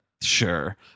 Sure